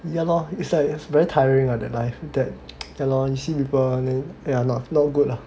ya lor it's like it's very tiring that life that ya lor you see people then yeah no not good lah